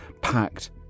packed